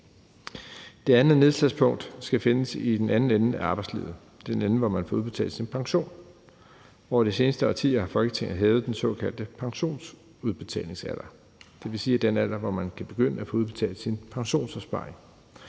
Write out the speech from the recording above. Det andet nedslagspunkt skal findes i den anden ende af arbejdslivet, nemlig den ende, hvor man får udbetalt sin pension. Over de seneste årtier har Folketinget hævet den såkaldte pensionsudbetalingsalder, det vil sige den alder, hvor man kan begynde at få udbetalt sin pensionsopsparing.